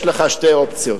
יש לך שתי אופציות.